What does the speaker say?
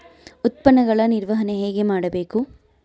ಉತ್ಪನ್ನಗಳ ನಿರ್ವಹಣೆ ಹೇಗೆ ಮಾಡಬೇಕು?